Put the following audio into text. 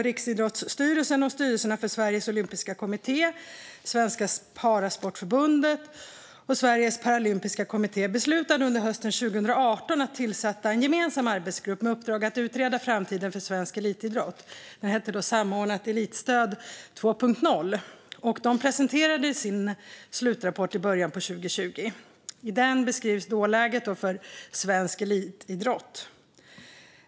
Riksidrottsstyrelsen och styrelserna för Sveriges Olympiska Kommitté och Svenska Parasportförbundet och Sveriges Paralympiska Kommitté beslutade under hösten 2018 att tillsätta en gemensam arbetsgrupp med uppdrag att utreda framtiden för svensk elitidrott. Det heter Samordnat Elitidrottsstöd 2.0. Arbetsgruppen presenterade sin slutrapport i början på 2020. I den beskrivs läget för svensk elitidrott.